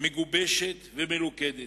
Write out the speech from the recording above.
מגובשת ומלוכדת.